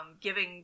giving